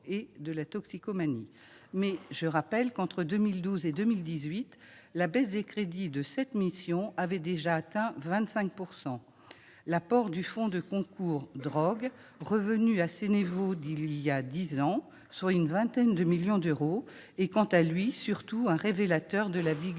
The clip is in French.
et des toxicomanies (OFDT). Reste que, entre 2012 et 2018, la baisse des crédits de cette mission avait déjà atteint 25 %. L'apport du fonds de concours « drogues », revenu à ses niveaux d'il y a dix ans, soit une vingtaine de millions d'euros, est quant à lui surtout un révélateur de la vigueur